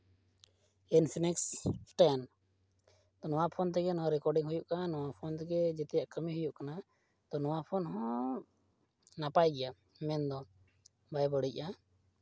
Infinix ten ᱱᱚᱣᱟ phone ᱛᱮᱜᱮ recording ᱦᱩᱭᱩᱜ ᱠᱟᱱᱟ ᱱᱚᱣᱟ ᱯᱷᱳᱱ ᱛᱮᱜᱮ ᱡᱚᱛᱚᱣᱟᱜ ᱠᱟᱹᱢᱤ ᱦᱩᱭᱩᱜ ᱠᱟᱱᱟ ᱟᱫᱚ ᱱᱚᱣᱟ ᱯᱷᱳᱱ ᱦᱚᱸ ᱱᱟᱯᱟᱭ ᱜᱮᱭᱟ ᱢᱮᱱᱫᱚ ᱵᱟᱭ ᱵᱟᱹᱲᱤᱡᱼᱟ